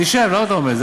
תשב, למה אתה עומד?